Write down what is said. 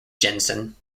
jensen